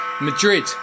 Madrid